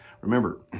Remember